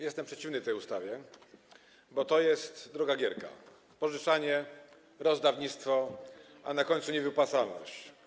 Jestem przeciwny tej ustawie, bo to jest droga Gierka - pożyczanie, rozdawnictwo, a na końcu niewypłacalność.